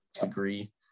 degree